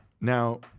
Now